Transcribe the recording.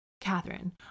Catherine